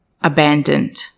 abandoned